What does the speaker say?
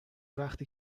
وقتی